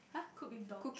cook with dog